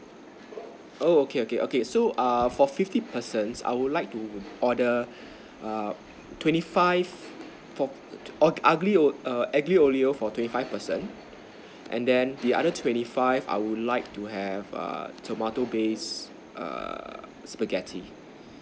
oh okay okay okay so err for fifty person I would like to order err twenty five for aglio err aglio olio for twenty five person and then the other twenty five I would like to have err tomato base err spaghetti